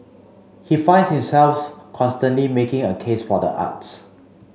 he finds himself constantly making a case for the arts